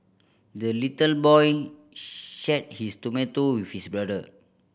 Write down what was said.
the little boy shared his tomato with his brother